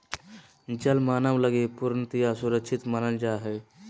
जल मानव लगी पूर्णतया सुरक्षित मानल जा हइ